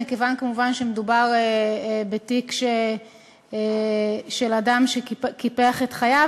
מכיוון שמדובר כמובן בתיק של אדם שקיפח את חייו,